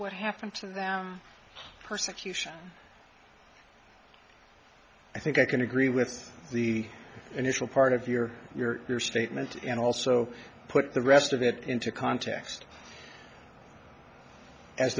what happened to them persecution i think i can agree with the initial part of your your statement and also put the rest of it into context as